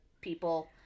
people